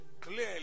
clearly